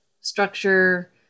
structure